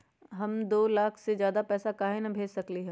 हम दो लाख से ज्यादा पैसा काहे न भेज सकली ह?